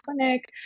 clinic